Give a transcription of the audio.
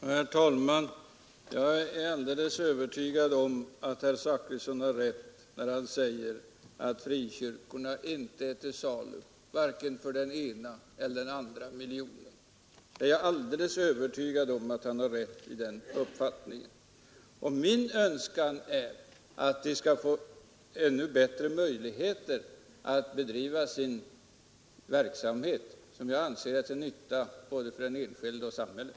Herr talman! Jag är alldeles övertygad om att herr Zachrisson har rätt när han säger att frikyrkorna inte är till salu vare sig för den ena eller den andra miljonen. Min önskan är att de skall få ännu bättre möjligheter att bedriva sin verksamhet, som jag anser är till nytta både för den enskilde och för samhället.